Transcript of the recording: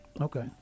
Okay